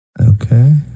Okay